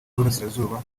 y’uburasirazuba